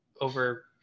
over